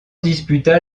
disputa